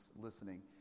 listening